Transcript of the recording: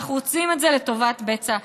אנחנו עושים את זה לטובת בצע כסף.